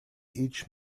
each